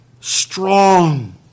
strong